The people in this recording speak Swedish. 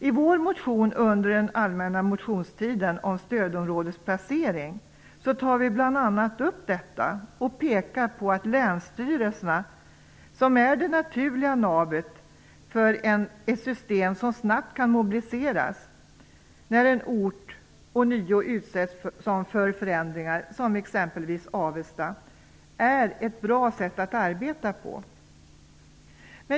I vår motion under den allmänna motionstiden om stödområdesplacering tar vi bl.a. upp detta och pekar på att länsstyrelserna är det naturliga navet för ett system som snabbt kan mobiliseras när en ort som Avesta ånyo utsätts för förändringar. Detta är ett bra sätt att arbeta på.